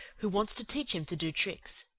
who wants to teach him to do tricks.